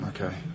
Okay